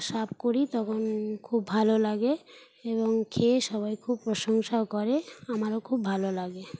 serve করি তখন খুব ভালো লাগে এবং খেয়ে সবাই খুব প্রশংসাও করে আমারও খুব ভালো লাগে